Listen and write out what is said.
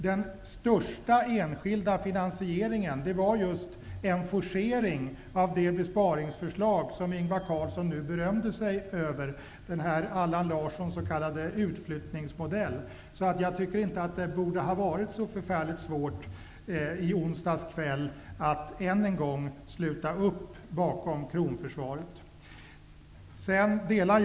Den största enskilda finansieringen var just en forcering av det besparingsförslag som Ingvar Carlsson nu berömde sig över, Allan Larssons s.k. utflyttningsmodell. Jag tycker inte att det borde ha varit så förfärligt svårt att i onsdags kväll än en gång sluta upp bakom försvaret av kronan.